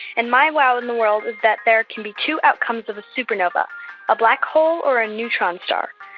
and my wow in the world is that there can be two outcomes of a supernova a black hole or a neutron star.